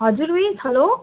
हजुर miss hello